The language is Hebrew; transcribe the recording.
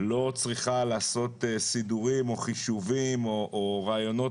לא צריכה לעשות סידורים או חישובים או רעיונות